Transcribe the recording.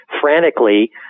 Frantically